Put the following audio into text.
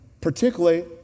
Particularly